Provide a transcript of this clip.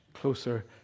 closer